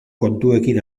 kontuekin